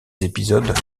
épisodes